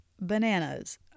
bananas